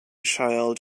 child